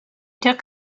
took